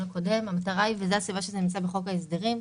הקודם וזו הסיבה שזה נמצא בחוק ההסדרים,